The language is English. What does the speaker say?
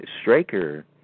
Straker